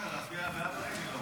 אז מה אתה אומר, להצביע בעד או נגד?